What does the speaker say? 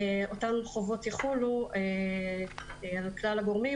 אותם חובות יחולו על כלל הגורמים